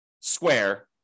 square